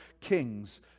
kings